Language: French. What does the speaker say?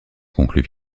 conclut